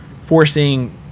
forcing